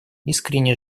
искренне